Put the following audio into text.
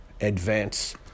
advance